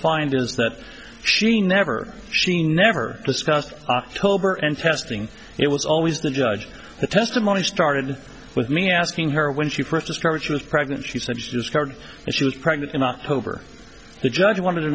find is that she never she never discussed october and testing it was always the judge the testimony started with me asking her when she first started she was pregnant she said she discovered she was pregnant in october the judge wanted to